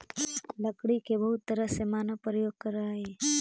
लकड़ी के बहुत तरह से मानव प्रयोग करऽ हइ